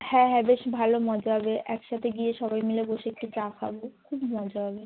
হ্যাঁ হ্যাঁ বেশ ভালো মজা হবে একসাথে গিয়ে সবাই মিলে বসে একটু চা খাবো খুব মজা হবে